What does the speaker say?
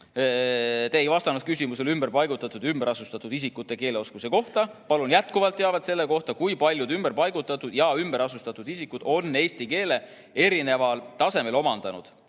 "Te ei vastanud küsimusele ümberpaigutatud ja ümberasustatud isikute keeleoskuse kohta. Palun jätkuvalt teavet selle kohta, kui paljud ümberpaigutatud ja ümberasustatud isikud on eesti keele erineval tasemel omandanud?"